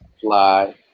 Fly